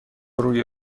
روی